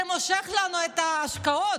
זה מושך אלינו את ההשקעות,